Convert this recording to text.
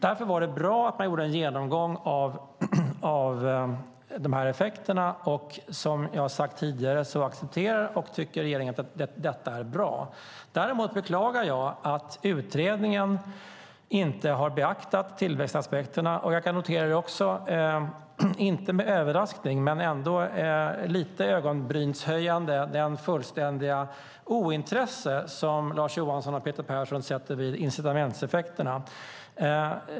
Därför var det bra att man gjorde en genomgång av effekterna. Som jag har sagt tidigare accepterar regeringen detta och tycker att det är bra. Däremot beklagar jag att utredningen inte har beaktat tillväxtaspekterna. Jag kan också notera - inte med överraskning men med lite ögonbrynshöjande - det fullständiga ointresse som Lars Johansson och Peter Persson ägnar incitamentseffekterna.